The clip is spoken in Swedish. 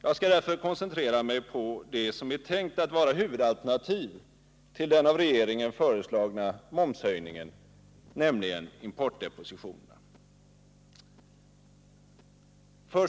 Jag skall därför koncentrera mig på det som är tänkt att vara huvudalternativ till den av regeringen föreslagna momshöjningen, nämligen importdepositionerna.